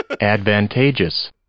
Advantageous